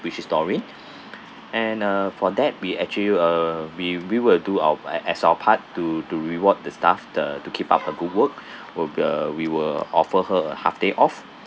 which is doreen and uh for that we actually uh we we will do our as our part to to reward the staff the to keep up the good work we'll uh we will offer her a half day off